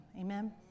Amen